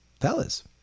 fellas